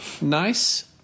nice